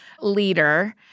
leader